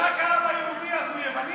זאת אומרת שאם רק האבא יהודי אז הוא יווני.